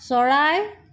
চৰাই